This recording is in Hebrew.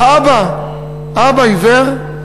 האבא עיוור,